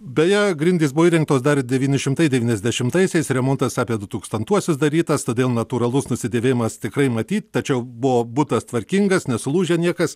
beje grindys buvo įrengtos dar devyni šimtai devyniasdešimtaisiais remontas apie du tūkstantuosius darytas todėl natūralus nusidėvėjimas tikrai matyt tačiau buvo butas tvarkingas nesulūžę niekas